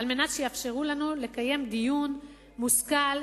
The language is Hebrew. על-מנת שיאפשרו לנו לקיים דיון מושכל,